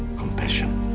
compassion